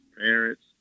parents